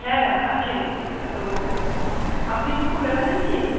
হ্যাঁ আছে তো আপনি কি খুব এমার্জেন্সি